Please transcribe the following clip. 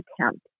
attempt